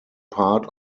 part